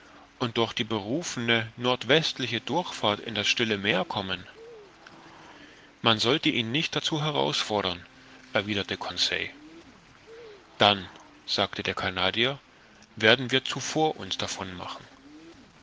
und durch die berufene nordwestliche durchfahrt in das stille meer kommen man sollte ihn nicht dazu herausfordern erwiderte conseil dann sagte der canadier werden wir zuvor uns davon